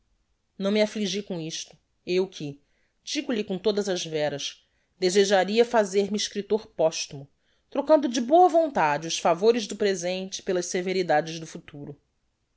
não me affligi com isto eu que digo-lhe com todas as veras desejaria fazer-me escriptor posthumo trocando de boa vontade os favores do presente pelas severidades do futuro